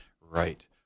right